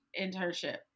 internship